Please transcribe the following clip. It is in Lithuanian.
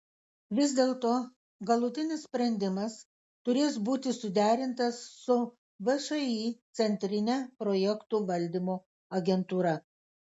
vis dėlto galutinis sprendimas turės būti suderintas su všį centrine projektų valdymo agentūra